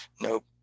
nope